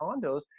condos